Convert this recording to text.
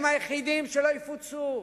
הם היחידים שלא יפוצו.